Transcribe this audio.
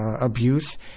abuse